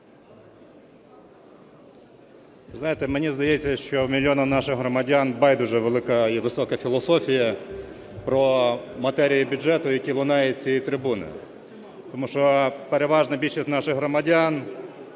мені здається, що мільйонам наших громадян байдуже велика і висока філософія про матерії бюджету, які лунають з цієї трибуни. Тому що переважна більшість наших громадян